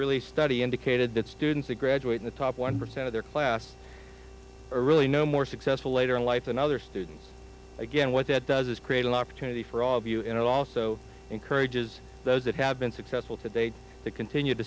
released study indicated that students who graduate in the top one percent of their class are really no more successful later in life than other students again what that does is create an opportunity for all of you and it also encourages those that have been successful to date to continue to